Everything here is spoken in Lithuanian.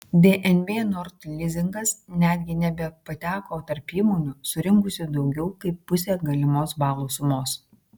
dnb nord lizingas netgi nebepateko tarp įmonių surinkusių daugiau kaip pusę galimos balų sumos